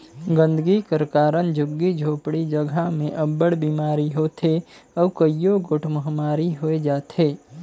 गंदगी कर कारन झुग्गी झोपड़ी जगहा में अब्बड़ बिमारी होथे अउ कइयो गोट महमारी होए जाथे